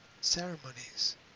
ceremonies